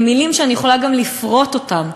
אלה מילים שאני יכולה גם לפרוט אותן,